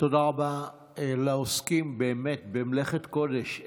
תודה רבה לעוסקים באמת במלאכת קודש,